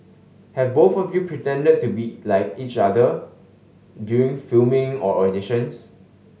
have both of you pretended to be like each other during filming or auditions